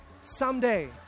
Someday